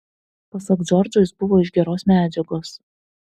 pasak džordžo jis buvo iš geros medžiagos